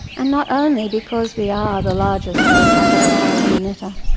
and not only because we are the largest per capita carbon emitter.